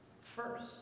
first